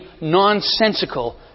nonsensical